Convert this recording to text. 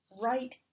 right